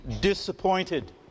disappointed